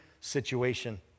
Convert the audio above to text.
situation